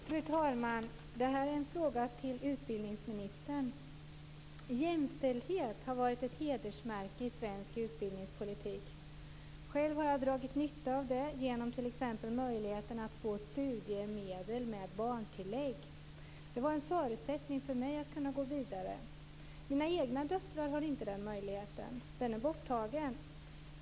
Fru talman! Jag har en fråga till utbildningsministern. Jämställdhet har varit ett hedersmärke i svensk utbildningspolitik. Själv har jag dragit nytta av det genom t.ex. möjligheten att få studiemedel med barntillägg. Det var en förutsättning för mig att kunna gå vidare. Mina egna döttrar har inte den möjligheten. Den är borttagen.